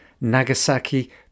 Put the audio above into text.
Nagasaki